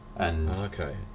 Okay